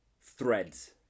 threads